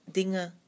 dingen